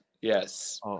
yes